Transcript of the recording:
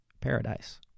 paradise